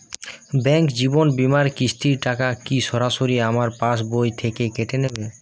Bank জীবন বিমার কিস্তির টাকা কি সরাসরি আমার পাশ বই থেকে কেটে নিবে?